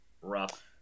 rough